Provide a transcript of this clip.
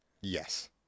yes